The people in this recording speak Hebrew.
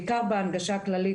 בעיקר בהנגשה הכללית.